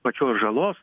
pačios žalos